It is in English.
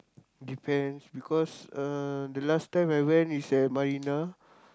depends because uh the last time I went is at Marina